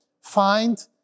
Find